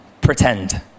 pretend